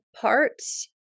Parts